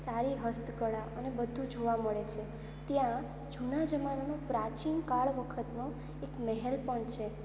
સારી હસ્તકળા અને બધું જોવા મળે છે ત્યાં જૂના જમાનાનો પ્રાચીન કાળ વખતનો એક મહેલ પણ છે